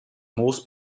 moos